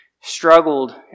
struggled